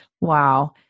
Wow